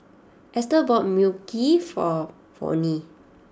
Esther bought Mui Kee for Vonnie